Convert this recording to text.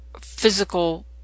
physical